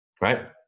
Right